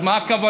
אז מה הכוונה?